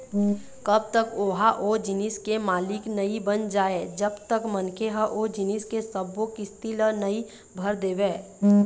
कब तक ओहा ओ जिनिस के मालिक नइ बन जाय जब तक मनखे ह ओ जिनिस के सब्बो किस्ती ल नइ भर देवय